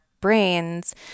brains